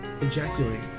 ejaculate